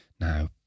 now